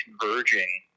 converging